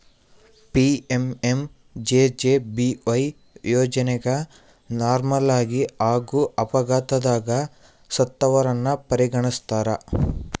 PMMJJBY ಯೋಜನೆಗ ನಾರ್ಮಲಾಗಿ ಹಾಗೂ ಅಪಘಾತದಗ ಸತ್ತವರನ್ನ ಪರಿಗಣಿಸ್ತಾರ